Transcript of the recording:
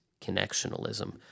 connectionalism